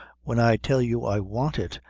when i tell you i want it,